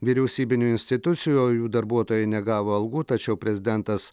vyriausybinių institucijų o jų darbuotojai negavo algų tačiau prezidentas